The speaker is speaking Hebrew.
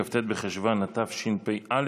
כ"ט בחשוון התשפ"א,